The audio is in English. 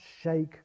shake